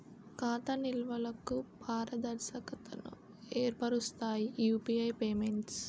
ఖాతా నిల్వలకు పారదర్శకతను ఏర్పరుస్తాయి యూపీఐ పేమెంట్స్